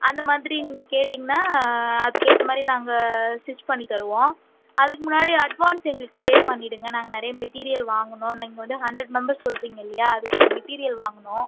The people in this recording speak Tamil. அந்தமாதிரி நீங்கள் கேட்டிங்கன்னா அதுக்கேற்ற மாதிரி நாங்கள் ஸ்டிச் பண்ணித் தருவோம் அதுக்கு முன்னாடி அட்வான்ஸ் எங்களுக்கு பே பண்ணிவிடுங்க நாங்கள் நிறைய மெட்டீரியல் வாங்கணும் நீங்கள் வந்து ஹண்ட்ரட் மெம்பெர் சொல்லுறீங்க இல்லையா அதுக்கு மெட்டீரியல் வாங்கணும்